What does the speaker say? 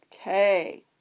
Okay